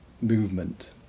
movement